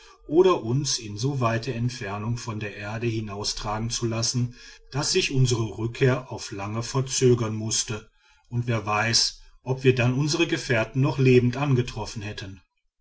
oder uns in so weite entfernung von der erde hinaustragen zu lassen daß sich unsere rückkehr auf lange verzögern mußte und wer weiß ob wir dann unsere gefährten noch lebend angetroffen hätten